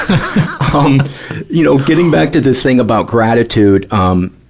um um you know, getting back to the thing about gratitude, um